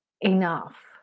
enough